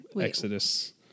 Exodus